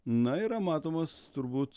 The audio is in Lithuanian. na yra matomas turbūt